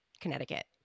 Connecticut